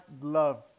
love